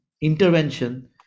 intervention